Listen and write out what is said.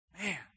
Man